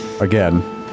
again